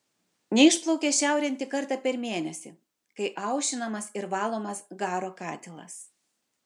neišplaukia šiaurėn tik kartą per mėnesį kai aušinamas ir valomas garo katilas